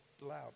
loud